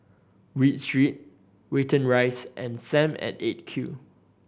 Read Street Watten Rise and Sam at Eight Q